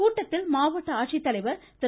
கூட்டத்தில் மாவட்ட ஆட்சித்தலைவர் திரு